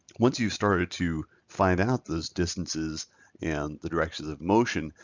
once you've started to find out those distances and the directions of motion,